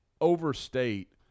overstate